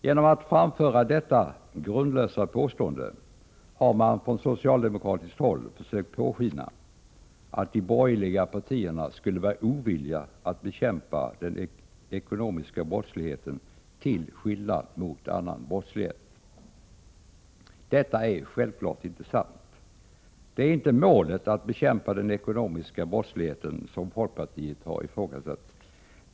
Genom att framföra detta grundlösa påstående har man från socialdemokratiskt håll velat låta påskina att de borgerliga partierna skulle vara ovilliga att bekämpa den ekonomiska brottsligheten till skillnad mot annan brottslighet. Detta är självfallet inte sant. Det är inte målet att bekämpa den ekonomiska brottsligheten som folkpartiet har ifrågasatt.